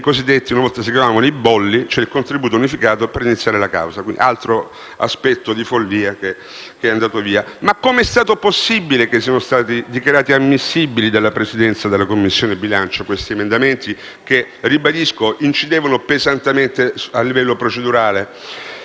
che una volta si chiamavano bolli e oggi contributi unificati per iniziare la causa. Altra follia che è stata fugata. Ma come è stato possibile che siano stati dichiarati ammissibili dalla Presidenza della Commissione bilancio questi emendamenti che, ribadisco, incidevano pesantemente a livello procedurale?